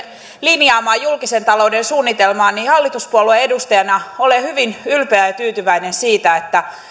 linjaamaan julkisen talouden suunnitelmaan niin hallituspuolueen edustajana olen hyvin ylpeä ja tyytyväinen siitä että